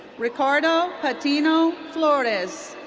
ricardo patino flores.